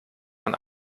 man